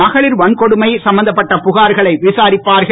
மகளிர் வன்கொடுமை சம்பந்தப்பட்ட புகார்களை விசாரிப்பார்கள்